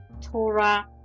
Torah